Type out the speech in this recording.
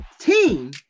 team